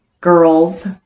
girls